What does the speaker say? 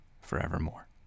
forevermore